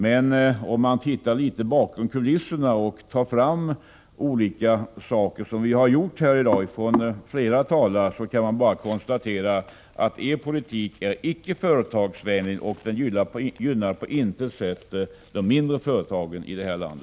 Men om man tittar litet bakom kulisserna och tar fram uppgifter, som flera talare har gjort här i dag, kan man bara konstatera att er politik icke är företagsvänlig och på intet sätt gynnar de mindre företagen i detta land.